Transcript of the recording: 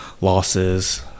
losses